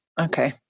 okay